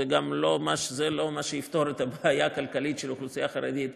זה לא מה שיפתור את הבעיה הכלכלית של האוכלוסייה החרדית בירושלים,